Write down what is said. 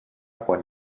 quan